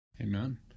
Amen